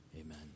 amen